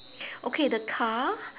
okay the car